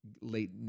late